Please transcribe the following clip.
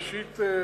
ראשית,